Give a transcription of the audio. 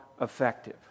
effective